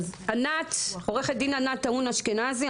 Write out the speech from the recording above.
לעו"ד ענת טהון אשכנזי,